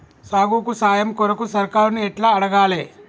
సాగుకు సాయం కొరకు సర్కారుని ఎట్ల అడగాలే?